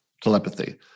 telepathy